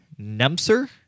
Nemser